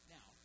Now